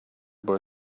boy